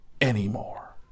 Anymore